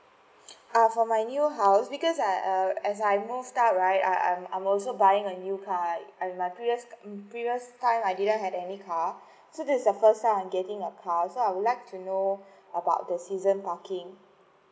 ah for my new house because err as I move out right I'm I'm also buying a new car and my previous um previous time I didn't have any car so this is the first time I'm getting a car so I would like to know about the season parking